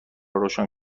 روشن